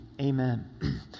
Amen